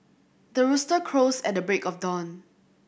the rooster crows at the break of dawn